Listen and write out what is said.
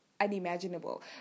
unimaginable